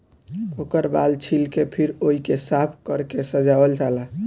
ओकर बाल छील के फिर ओइके साफ कर के सजावल जाला